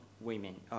women